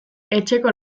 etxeko